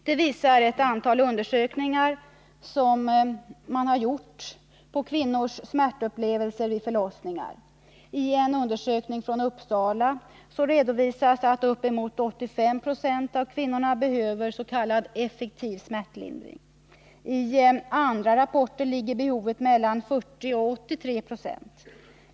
Det visar ett antal undersökningar som man har gjort på kvinnors smärtupplevelser vid förlossningar. I en undersökning från Uppsala redovisas att uppemot 85 926 av kvinnorna behöver s.k. effektiv smärtlindring, enligt andra rapporter ligger behovet mellan 40 och 83 26.